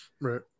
Right